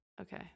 Okay